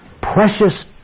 Precious